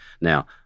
Now